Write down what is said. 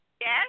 Yes